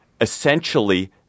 essentially